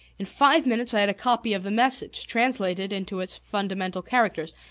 in five minutes i had a copy of the message, translated into its fundamental characters,